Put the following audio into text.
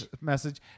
message